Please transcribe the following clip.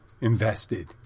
invested